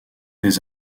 des